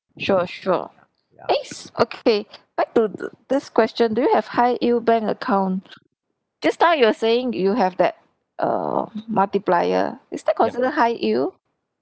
sure sure eh okay back to this question do you have high yield bank account just now you were saying you have that err multiplier is that considered high yield